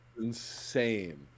Insane